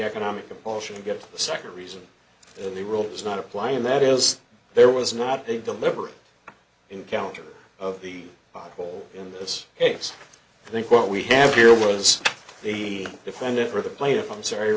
economic abortion to get the second reason in the world does not apply and that is there was not a deliberate encounter of the whole in this case i think what we have here was the defendant for the plaintiff i'm sorry